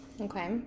Okay